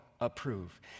approve